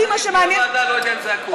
בלי הוועדה אני לא יודע אם זה היה קורה.